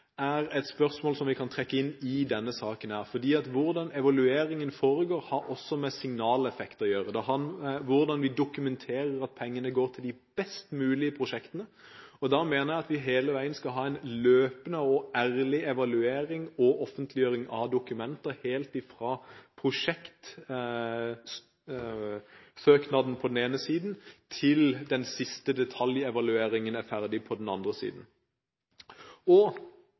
er et spørsmål som vi kan trekke inn i denne saken. Hvordan evalueringen foregår, har også med signaleffekt å gjøre. Det har å gjøre med hvordan vi dokumenterer at pengene går til de best mulige prosjektene. Da mener jeg at vi hele veien skal ha en løpende og ærlig evaluering og offentliggjøring av dokumenter, helt fra prosjektsøknaden på den ene siden til den siste detaljevalueringen er ferdig på den andre siden.